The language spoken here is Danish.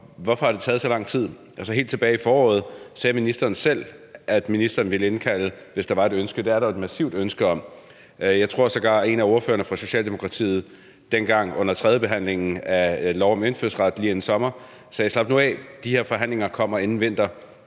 Hvorfor har det taget så lang tid? Helt tilbage i foråret sagde ministeren selv, at ministeren ville indkalde til forhandlinger, hvis der var et ønske, og der er jo et massivt ønske om det. Jeg tror sågar, at ordføreren for Socialdemokratiet dengang under tredjebehandlingen af lov om indfødsret lige inden sommeren sagde: Slap nu af, de her forhandlinger kommer inden vinter.